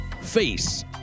face